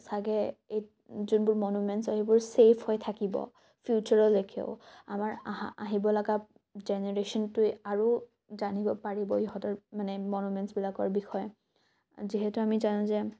চাগে এই যোনবোৰ মনোমেনচ হয় সেইবোৰ চেফ হৈ থাকিব ফিউচাৰলৈকেও আমাৰ আহা আহিবলগা জেনেৰেশ্যনটোৱে আৰু জানিব পাৰিব ইহঁতৰ মানে মনোমেনচবিলাকৰ বিষয়ে যিহেতু আমি জানোঁ যে